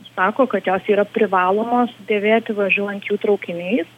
sako kad jos yra privalomos dėvėti važiuojant jų traukiniais